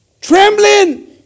trembling